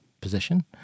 position